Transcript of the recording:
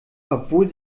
obwohl